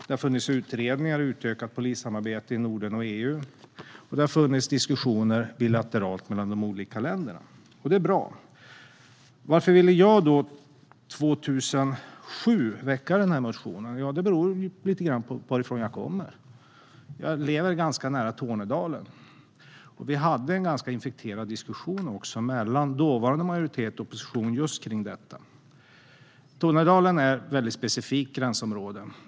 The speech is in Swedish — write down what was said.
Det har funnits utredningar om utökat polissamarbete i Norden och EU. Och det har funnits diskussioner bilateralt mellan de olika länderna. Det är bra. Varför ville jag 2007 väcka denna motion? Ja, det beror lite grann på varifrån jag kommer. Jag lever ganska nära Tornedalen, och vi hade en ganska infekterad diskussion mellan dåvarande majoritet och opposition just kring detta. Tornedalen är ett väldigt specifikt gränsområde.